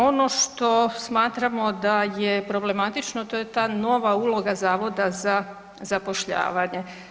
Ono što smatramo da je problematično, to je ta nova uloga Zavoda za zapošljavanje.